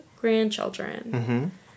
grandchildren